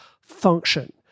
function